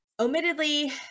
omittedly